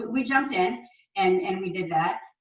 we jumped in and and we did that.